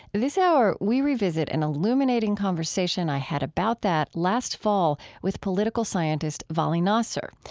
this hour, we revisit an illuminating conversation i had about that last fall with political scientist vali nasr.